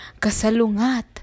kasalungat